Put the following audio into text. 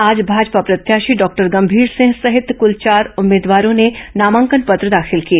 आज भाजपा प्रत्याशी डॉक्टर गंभीर सिंह सहित कुल चार उम्मीदवारों ने नामांकन पत्र दाखिल किए